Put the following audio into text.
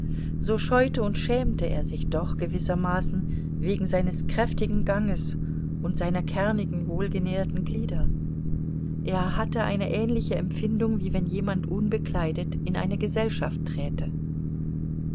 so scheute und schämte er sich doch gewissermaßen wegen seines kräftigen ganges und seiner kernigen wohlgenährten glieder er hatte eine ähnliche empfindung wie wenn jemand unbekleidet in eine gesellschaft träte